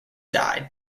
died